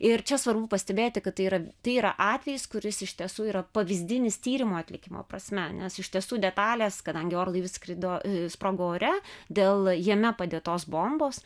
ir čia svarbu pastebėti kad tai yra tai yra atvejis kuris iš tiesų yra pavyzdinis tyrimo atlikimo prasme nes iš tiesų detalės kadangi orlaivis skrido sprogo ore dėl jame padėtos bombos